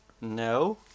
No